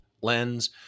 lens